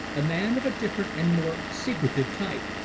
a man of a different and more secretive type.